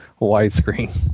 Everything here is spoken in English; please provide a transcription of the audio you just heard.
widescreen